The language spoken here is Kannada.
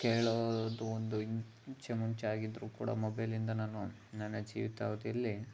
ಕೇಳೋದು ಒಂದು ಮುಂಚೆಯಾಗಿದ್ದರೂ ಕೂಡ ಮೊಬೈಲಿಂದ ನಾನು ನನ್ನ ಜೀವಿತಾವಧಿಯಲ್ಲಿ